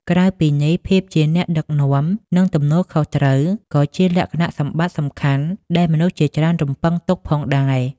ក្រៅពីនេះ ភាពជាអ្នកដឹកនាំ និង ទំនួលខុសត្រូវ ក៏ជាលក្ខណៈសម្បត្តិសំខាន់ដែលមនុស្សជាច្រើនរំពឹងទុកផងដែរ។